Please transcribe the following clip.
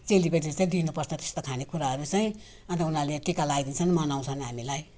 चेलीबेटीले चाहिँ दिनुपर्छ त्यस्तो खानेकुराहरू चाहिँ अन्त उनीहरूले टिका लगाइदिन्छन् मनाउँछन् हामीलाई